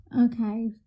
Okay